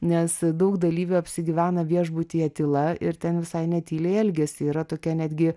nes daug dalyvių apsigyvena viešbutyje tyla ir ten visai netyliai elgiasi yra tokia netgi